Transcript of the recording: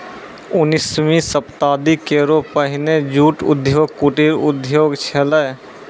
उन्नीसवीं शताब्दी केरो पहिने जूट उद्योग कुटीर उद्योग छेलय